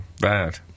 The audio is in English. bad